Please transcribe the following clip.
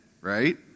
Right